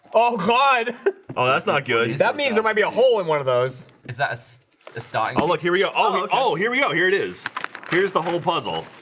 oh god oh, that's not good that means there might be a hole in one of those is that it's time. oh look here we go oh, oh here. we go here. it is here's the whole puzzle